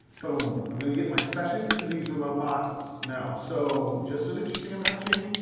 boom, i'm going to get my sessions to these remote boxes. now, so just so that you see i'm not cheating.